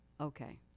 Okay